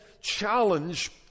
challenge